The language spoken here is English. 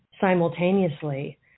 simultaneously